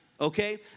Okay